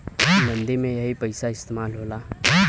मंदी में यही पइसा इस्तेमाल होला